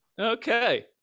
Okay